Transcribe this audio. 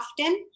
often